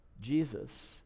Jesus